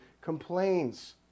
complains